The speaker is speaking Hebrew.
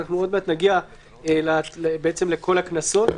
אנחנו עוד מעט נגיע לכל הקנסות.